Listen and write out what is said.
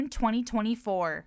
2024